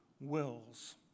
wills